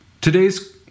Today's